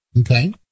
Okay